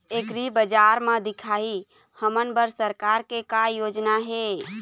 एग्रीबजार म दिखाही हमन बर सरकार के का योजना हे?